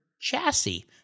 Chassis